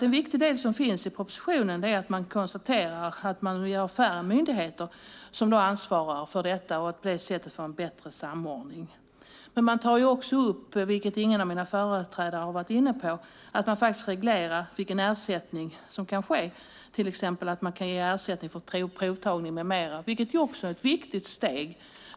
En viktig del i propositionen är att man konstaterar att man vill ha färre myndigheter som ansvarar för detta och på det sättet få en bättre samordning. Man tar också upp, vilket ingen av de föregående talarna har varit inne på, att man reglerar vilken ersättning som kan ges, till exempel att man kan ge ersättning för provtagning med mera, vilket också är ett viktigt steg.